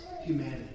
humanity